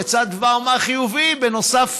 יצא דבר מה חיובי בנוסף